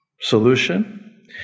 Solution